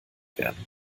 werden